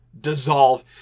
dissolve